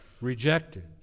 rejected